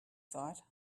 thought